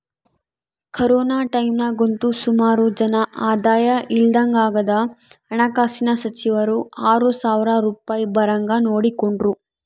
corona ಟೈಮ್ನಾಗಂತೂ ಸುಮಾರು ಜನ ಆದಾಯ ಇಲ್ದಂಗಾದಾಗ ಹಣಕಾಸಿನ ಸಚಿವರು ಆರು ಸಾವ್ರ ರೂಪಾಯ್ ಬರಂಗ್ ನೋಡಿಕೆಂಡ್ರು